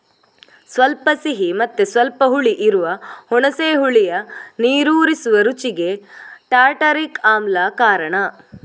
ಸ್ವಲ್ಪ ಸಿಹಿ ಮತ್ತೆ ಸ್ವಲ್ಪ ಹುಳಿ ಇರುವ ಹುಣಸೆ ಹುಳಿಯ ನೀರೂರಿಸುವ ರುಚಿಗೆ ಟಾರ್ಟಾರಿಕ್ ಆಮ್ಲ ಕಾರಣ